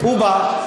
הוא בא,